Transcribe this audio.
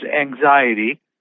anxiety